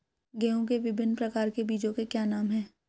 गेहूँ के विभिन्न प्रकार के बीजों के क्या नाम हैं?